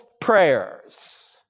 prayers